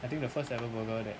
I think the first ever burger that